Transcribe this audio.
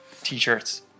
t-shirts